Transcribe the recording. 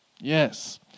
Yes